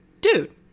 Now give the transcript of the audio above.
dude